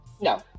No